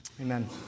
Amen